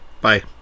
Bye